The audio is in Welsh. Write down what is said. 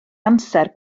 amser